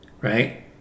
Right